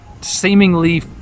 seemingly